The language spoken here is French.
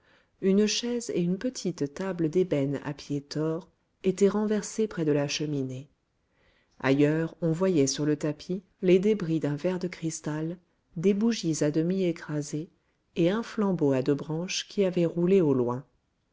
une chaise et une petite table d'ébène à pieds tors étaient renversées près de la cheminée ailleurs on voyait sur le tapis les débris d'un verre de cristal des bougies à demi écrasées et un flambeau à deux branches qui avait roulé au loin